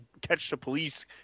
catch-the-police